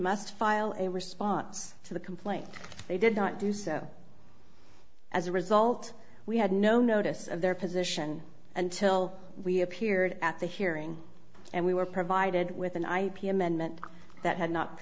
must file a response to the complaint they did not do so as a result we had no notice of their position until we appeared at the hearing and we were provided with an ip amendment that had not